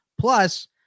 plus